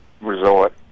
resort